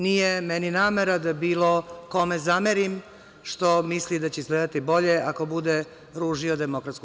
Nije meni namera da bilo kome zamerim što misli da će izgledati bolje ako bude ružio DS.